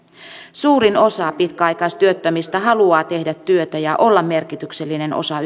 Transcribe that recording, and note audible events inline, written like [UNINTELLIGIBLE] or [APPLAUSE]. suurin osa pitkäaikaistyöttömistä haluaa tehdä työtä ja olla merkityksellinen osa [UNINTELLIGIBLE]